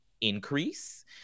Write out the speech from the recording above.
increase